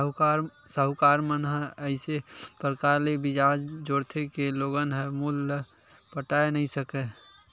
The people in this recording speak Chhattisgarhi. साहूकार मन ह अइसे परकार ले बियाज जोरथे के लोगन ह मूल ल पटाए नइ सकय